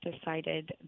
decided